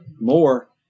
more